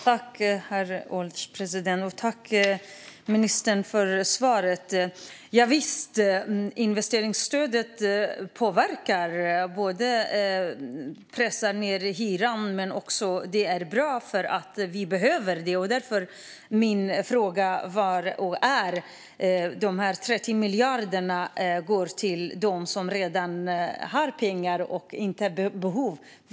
Herr ålderspresident! Tack, ministern, för svaret! Visst påverkar investeringsstödet. Det pressar ned hyrorna. Det är bra, för vi behöver detta. De här 30 miljarderna går till dem som redan har pengar och som inte har behov av dem.